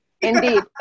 indeed